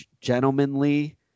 gentlemanly